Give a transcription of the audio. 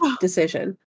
decision